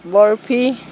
barfi